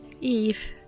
Eve